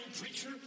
preacher